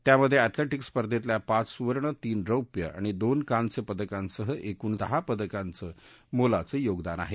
त्यामध्ये अँथलेटिक्स स्पर्धेतल्या पाच सुवर्ण तीन रौप्य आणि दोन कांस्यपदकांसह एकूण दहा पदकांचं मोलाचं योगदान आहे